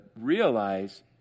realize